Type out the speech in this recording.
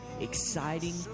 exciting